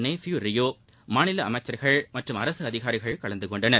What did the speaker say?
நெய்பியூ ரியோ மாநில அமைச்சர்கள் மற்றும் அரசு அதிகாரிகள் கலந்து கொண்டனர்